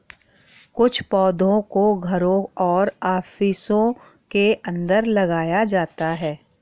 कुछ पौधों को घरों और ऑफिसों के अंदर लगाया जाता है